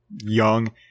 young